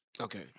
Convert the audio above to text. Okay